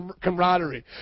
camaraderie